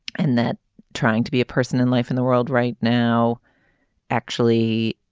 and that trying to be a person in life in the world right now actually